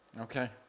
okay